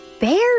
bear